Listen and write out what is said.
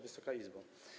Wysoka Izbo!